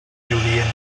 lludient